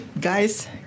guys